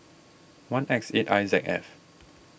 one X eight I Z F